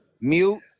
Mute